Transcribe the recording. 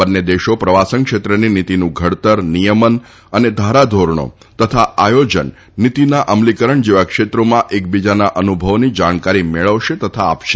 બંને દેશો પ્રવાસન ક્ષેત્રની નીતિનું ઘડતર નિયમન અને ધારાધોરણો તથા આયોજન નીતિના અમલીકરણ જેવા ક્ષેત્રોમાં એકબીજાના અનુભવોની જાણકારી મેળવશે તથા આપશે